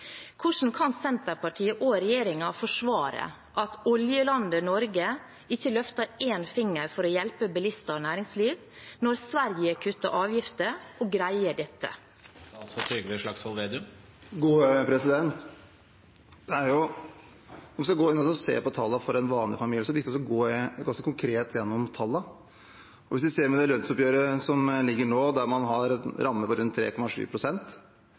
forsvare at oljelandet Norge ikke løfter en finger for å hjelpe bilister og næringsliv, når Sverige kutter avgifter og greier det? Vi skal gå inn og se på tallene for en vanlig familie, jeg går konkret gjennom tallene. Hvis man ser på lønnsoppgjøret som ligger nå, har man en ramme på rundt